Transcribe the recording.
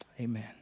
Amen